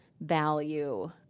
value